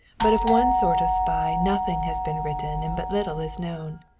but of one sort of spy nothing has been written and but little is known.